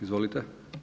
Izvolite.